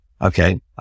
okay